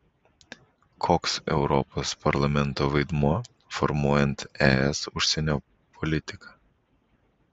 koks europos parlamento vaidmuo formuojant es užsienio politiką